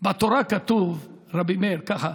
בתורה כתוב, רבי מאיר, כך: